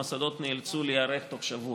והמוסדות נאלצו להיערך תוך שבוע.